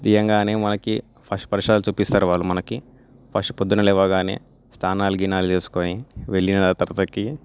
దిగగానే మనకి ఫస్ట్ పరిసరాలు చూపిస్తారు వాళ్ళు మనకి ఫస్ట్ ప్రొద్దున లేవగానే స్నానాలు గీనాలు చేసుకొని వెళ్ళిన తర్వాత